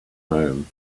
home